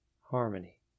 Harmony